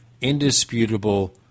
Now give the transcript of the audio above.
indisputable